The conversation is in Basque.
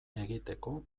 egiteko